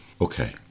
okay